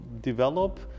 develop